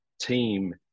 team